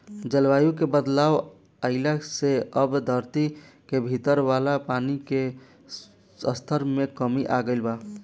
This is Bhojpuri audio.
जलवायु में बदलाव आइला से अब धरती के भीतर वाला पानी के स्तर में कमी आ गईल बा